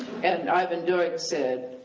and ivan doig said,